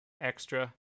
extra